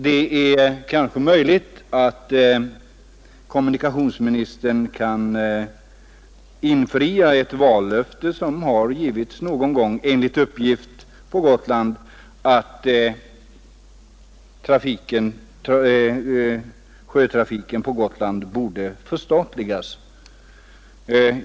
Det är möjligt för kommunikationsministern att infria ett vallöfte, som enligt uppgift har givits för inte så länge sedan på Gotland, nämligen att färjetrafiken på Gotland skulle förstatligas.